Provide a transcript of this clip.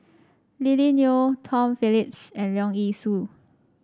Lily Neo Tom Phillips and Leong Yee Soo